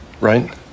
right